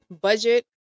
budget